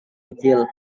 kecil